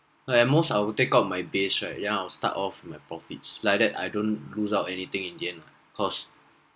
like at most I will take out my base right then I will start off with my profits like that I don't lose out anything in the end what cause